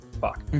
Fuck